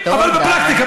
אבל בפרקטיקה,